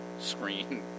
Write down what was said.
screen